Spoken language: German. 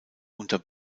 unter